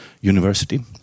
University